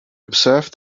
observe